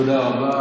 תודה רבה.